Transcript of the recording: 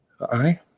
aye